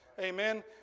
Amen